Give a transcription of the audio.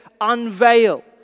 unveil